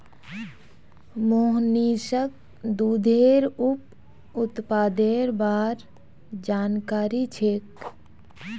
मोहनीशक दूधेर उप उत्पादेर बार जानकारी छेक